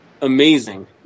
amazing